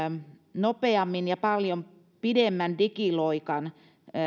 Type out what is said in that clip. nopeammin ja paljon pidemmän digiloikan